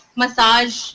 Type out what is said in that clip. massage